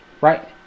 Right